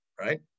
right